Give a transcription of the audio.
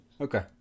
Okay